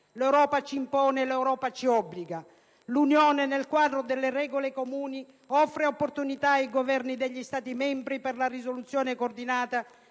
l'Europa ci impone, l'Europa ci obbliga. L'Unione, nel quadro delle regole comuni, offre opportunità ai Governi degli Stati membri per la risoluzione coordinata